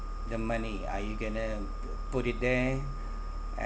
the money are you going to p~ put it there